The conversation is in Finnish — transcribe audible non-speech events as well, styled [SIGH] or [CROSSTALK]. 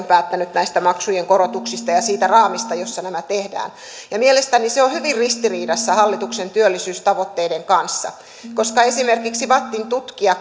[UNINTELLIGIBLE] päättänyt näistä maksujen korotuksista ja siitä raamista jossa nämä tehdään mielestäni se on hyvin ristiriidassa hallituksen työllisyystavoitteiden kanssa koska esimerkiksi vattin tutkija [UNINTELLIGIBLE]